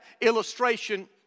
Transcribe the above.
illustration